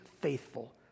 faithful